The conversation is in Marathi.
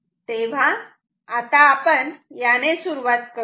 तेव्हा आता आपण याने सुरुवात करू या